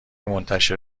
منتشر